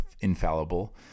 infallible